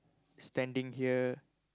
standing here